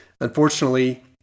Unfortunately